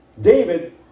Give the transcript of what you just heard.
David